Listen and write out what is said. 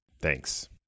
Thanks